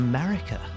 America